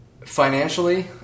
Financially